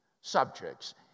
subjects